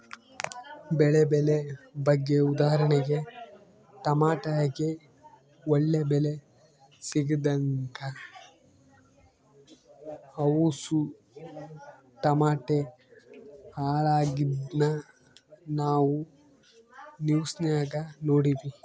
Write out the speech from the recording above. ಬೆಳೆ ಬೆಲೆ ಬಗ್ಗೆ ಉದಾಹರಣೆಗೆ ಟಮಟೆಗೆ ಒಳ್ಳೆ ಬೆಲೆ ಸಿಗದಂಗ ಅವುಸು ಟಮಟೆ ಹಾಳಾಗಿದ್ನ ನಾವು ನ್ಯೂಸ್ನಾಗ ನೋಡಿವಿ